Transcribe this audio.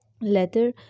leather